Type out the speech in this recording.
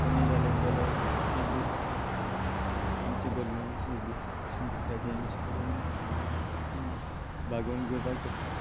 कमी जालें जाल्यार एक दीस आमचें भरलें एक दीस अशें दुसऱ्याचे अशें करून भागोवन घेवपाक पडटा